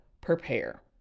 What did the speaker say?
prepare